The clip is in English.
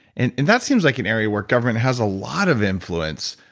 and and that seems like an area where government has a lot of influence.